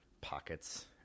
pockets